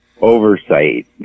oversight